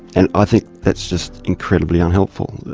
and i think that's just incredibly unhelpful,